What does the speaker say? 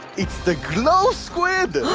it's the glow squid!